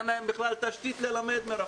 אין להם בכלל תשתית ללמד מרחוק.